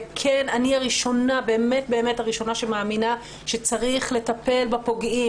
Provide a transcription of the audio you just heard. אני הראשונה שמאמינה שצריך לטפל בפוגעים,